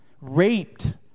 raped